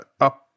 up